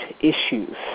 issues